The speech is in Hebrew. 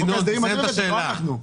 ינון, תסיים את השאלה.